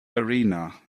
arena